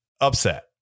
upset